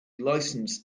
licensed